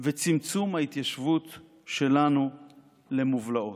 וצמצום ההתיישבות שלנו למובלעות.